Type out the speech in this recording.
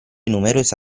numerose